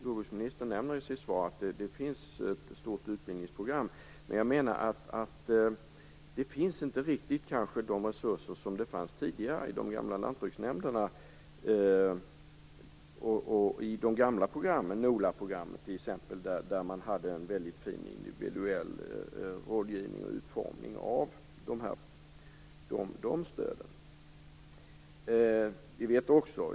Jordbruksministern nämner i sitt svar att det finns ett stort utbildningsprogram. Men jag menar att inte riktigt de resurser finns som tidigare fanns i de gamla lantbruksnämnderna och i de gamla programmen. T.ex. NOLA programmet hade en väldigt fin individuell rådgivning och utformning av stöden.